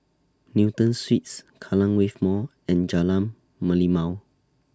Newton Suites Kallang Wave Mall and Jalan Merlimau